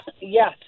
Yes